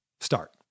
start